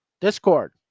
Discord